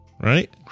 right